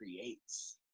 creates